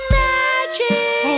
magic